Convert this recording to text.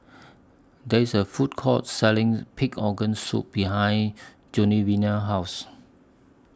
There IS A Food Court Selling Pig Organ Soup behind Genoveva's House